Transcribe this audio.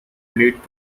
lead